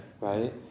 right